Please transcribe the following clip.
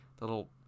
little